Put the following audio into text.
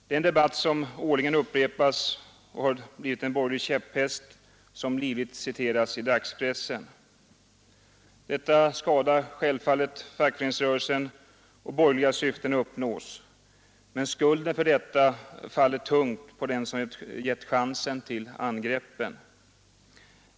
Den debatt som årligen upprepas har blivit en borgerlig käpphäst som livligt citeras i dagspressen. Detta skadar självfallet fackföreningsrörelsen, och borgerliga syften uppnås. Men skulden för detta faller tungt på dem som gett chansen till angreppen.